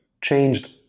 changed